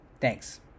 Thanks